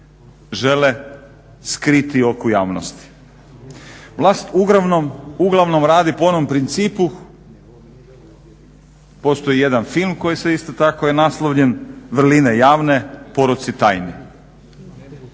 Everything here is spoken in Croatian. žele skriti oku javnosti. Vlast uglavnom radi po onom principu. Postoji jedan film koji se isto tako, je tako nastavljen, vrline javne poroci tajni.